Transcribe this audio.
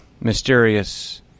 mysterious